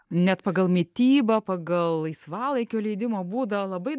net pagal mitybą pagal laisvalaikio leidimo būdą labai